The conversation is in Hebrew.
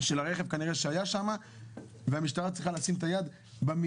של הרכב כנראה שהיה שם והמשטרה צריכה לשים את היד במיידי